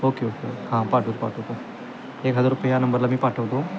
okay okay okay हां पाठवतो पाठवतो एक हजार रुपये ह्या नंबरला मी पाठवतो